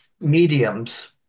mediums